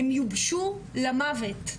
הם יובשו למוות.